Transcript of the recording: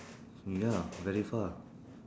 ya very far